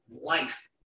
life